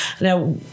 now